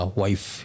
wife